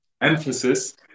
emphasis